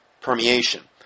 permeation